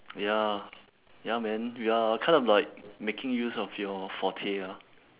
ya ya man ya kind of like making use of your forte ah